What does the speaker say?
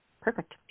Perfect